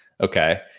okay